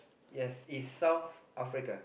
yes it's South Africa